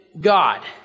God